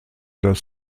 das